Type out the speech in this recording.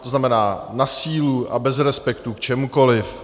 To znamená na sílu a bez respektu k čemukoliv.